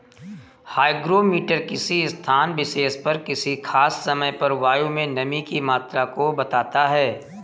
hygrometer किसी स्थान विशेष पर किसी खास समय पर वायु में नमी की मात्रा को बताता है